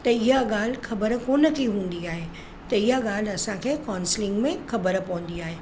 त इहा ॻाल्हि ख़बर कोन थी हूंदी आहे त इहा ॻाल्हि असांखे काउंसलिंग में ख़बर पवंदी आहे